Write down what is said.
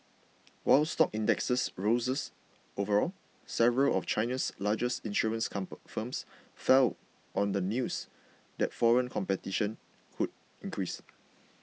while stock indexes rose overall several of China's largest insurance firms fell on the news that foreign competition could increase